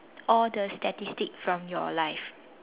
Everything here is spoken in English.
all the statistics from your life